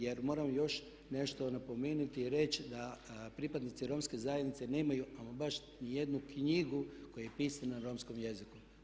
Jer moram još nešto napomenuti i reći da pripadnici romske zajednice nemaju ama baš ni jednu knjigu koja je pisana na romskom jeziku.